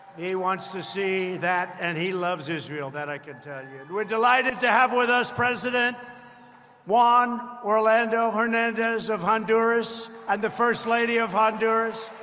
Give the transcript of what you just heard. he wants to see that. and he loves israel that, i can tell you. and we're delighted to have with us president juan orlando hernandez of honduras and the first lady of honduras.